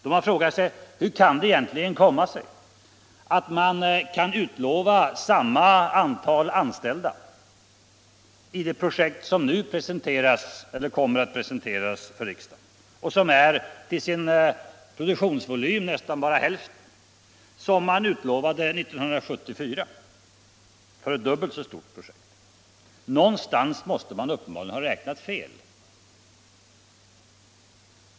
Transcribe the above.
De har frågat sig hur det egentligen kan komma sig att man kan utlova samma antal anställda i det projekt som nu kommer att presenteras för riksdagen och som till sin produktionsvolym nästan bara är hälften av det man talade om 1974. Någonstans måste man uppenbarligen ha räknat fel.